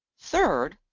third,